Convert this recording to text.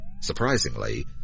Surprisingly